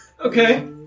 Okay